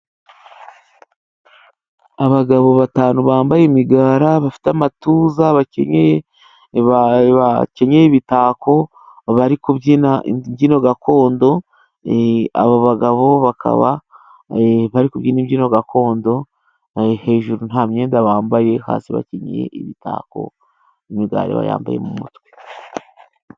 Abagabo batanu bambaye imigara bafite amatuza, bakenyeye imitako bari kubyina imbyino gakondo. Abo bagabo bakaba bari kubyina ibyino gakondo. Hejuru nta myenda bambaye, hasi bakenyeye imitako, imigara bayambaye mu mutwe.